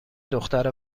دختر